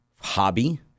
Hobby